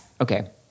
okay